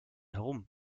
herum